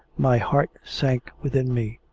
my heart sank within me.